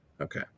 Okay